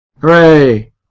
Hooray